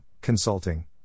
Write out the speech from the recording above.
consulting